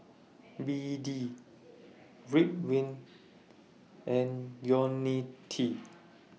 B D Ridwind and Ionil T